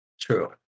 True